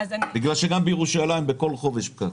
בגלל שגם בירושלים בכל חור יש פקק,